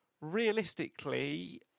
realistically